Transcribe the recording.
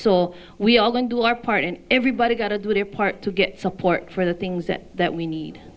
so we all can do our part and everybody got to do their part to get support for the things that that we need